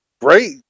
great